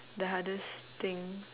the hardest thing